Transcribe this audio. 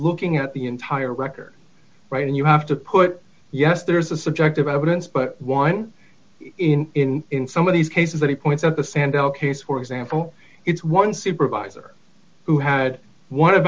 looking at the entire record right and you have to put yes there is a subjective evidence but one in in some of these cases that he points out the sandel case for example it's one supervisor who had one